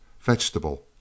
vegetable